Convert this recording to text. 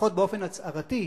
לפחות באופן הצהרתי,